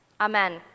Amen